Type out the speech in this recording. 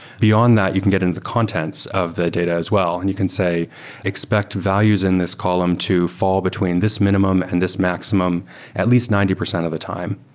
beyond that, you can get into the contents of the data as well and you can say expect values in this column to fall between this minimum and this maximum at least ninety percent of the time.